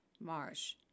Marsh